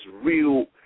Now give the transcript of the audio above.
real